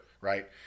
Right